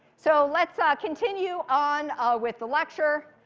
so let's ah continue on ah with the lecture.